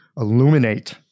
illuminate